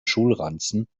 schulranzen